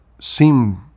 seem